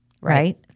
Right